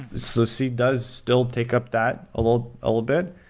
so c does still take up that a little ah little bit,